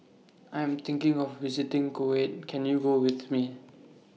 I Am thinking of visiting Kuwait Can YOU Go with Me